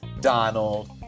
Donald